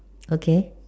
okay